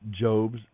Job's